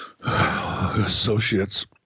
associates